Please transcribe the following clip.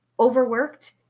overworked